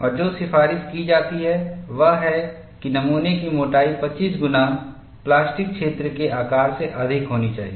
और जो सिफारिश की जाती है वह है कि नमूने की मोटाई 25 गुना प्लास्टिक क्षेत्र के आकार से अधिक होनी चाहिए